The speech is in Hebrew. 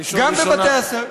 ראשון ראשונה.